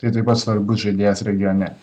tai taip pat svarbus žaidėjas regione